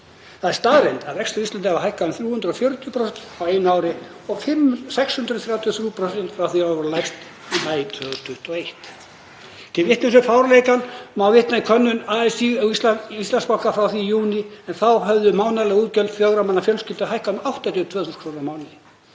Það er staðreynd að vextir á Íslandi hafa hækkað um 340% á einu ári og 633% frá því að þeir voru lægstir í maí 2021. Til vitnis um fáránleikann má vitna í könnun ASÍ og Íslandsbanka frá því í júní, en þá höfðu mánaðarleg útgjöld fjögurra manna fjölskyldu hækkað um 82.000 kr. á mánuði.